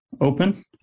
open